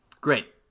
Great